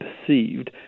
perceived